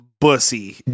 bussy